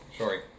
Sorry